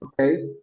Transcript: Okay